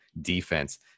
defense